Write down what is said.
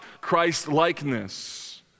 Christ-likeness